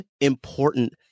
important